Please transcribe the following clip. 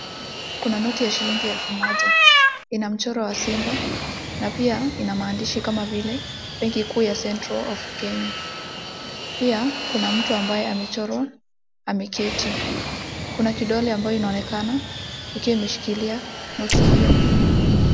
Kuna noti ya shilingi elfu moja. Ina mchoro wa simba na pia ina maandishi kama vile benki kuu ya central of Kenya. Pia kuna mtu ambaye amechorwa ameketi kuna kidole ambayo inaonekana ikiwa imeshikilia noti hiyo.